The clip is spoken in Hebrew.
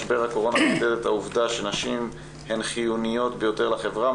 "משבר הקורונה חידד את העובדה שנשים שהן חיוניות ביותר לחברה,